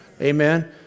Amen